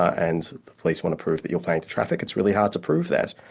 and police want to prove that you're planning to traffic, it's really hard to prove that.